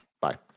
bye